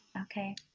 Okay